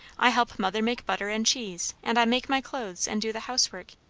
i help mother make butter and cheese and i make my clothes, and do the housework.